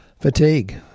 Fatigue